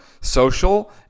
social